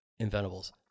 Inventables